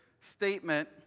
statement